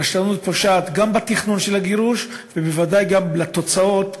רשלנות פושעת גם בתכנון של הגירוש ובוודאי גם בתוצאות,